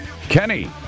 Kenny